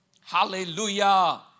Hallelujah